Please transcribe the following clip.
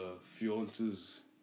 fiance's